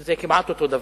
זה כמעט אותו דבר.